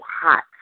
hot